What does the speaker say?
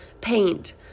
paint